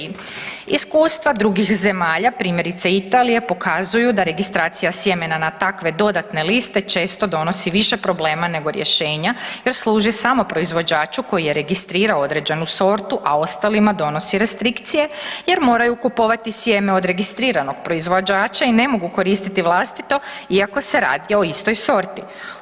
Iskustva drugih zemalja primjerice Italije pokazuju da registracija sjemena na takve dodatne liste često donosi više problema nego rješenja jer služi samo proizvođaču koji je registrirao određenu sortu a ostalima donosi restrikcije jer moraju kupovati sjeme od registriranog proizvođača i ne mogu koristiti vlastito iako se radi o istoj sorti.